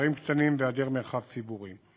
חדרים קטנים והיעדר מרחב ציבורי.